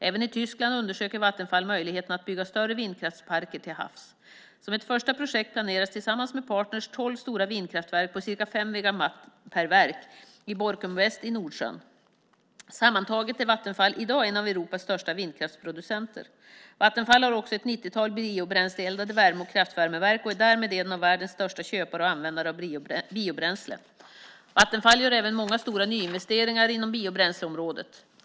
Även i Tyskland undersöker Vattenfall möjligheterna att bygga större vindkraftsparker till havs. Som ett första projekt planeras, tillsammans med partner, tolv stora vindkraftverk på ca 5 megawatt per verk i Borkum West i Nordsjön. Sammantaget är Vattenfall i dag en av Europas största vindkraftsproducenter. Vattenfall har också ett nittiotal biobränsleeldade värme och kraftvärmeverk och är därmed en av världens största köpare och användare av biobränsle. Vattenfall gör även många stora nyinvesteringar inom biobränsleområdet.